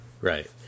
Right